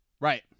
Right